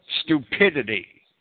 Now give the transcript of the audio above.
stupidity